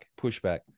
Pushback